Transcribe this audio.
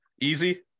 Easy